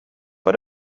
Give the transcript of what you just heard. but